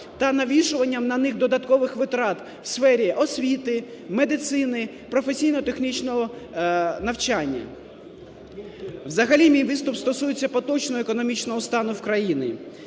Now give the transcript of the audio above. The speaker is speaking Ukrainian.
та навішуванням на них додаткових витрат в сфері освіти, медицини, професійно-технічного навчання. Взагалі мій виступ стосується поточного економічного стану в країні.